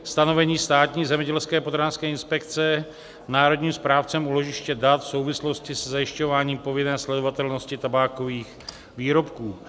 stanovení Státní zemědělské a potravinářské inspekce národním správcem úložiště dat v souvislosti se zajišťováním povinné sledovatelnosti tabákových výrobků.